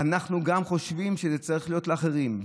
גם אנחנו חושבים שזה צריך להיות לאחרים,